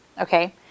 okay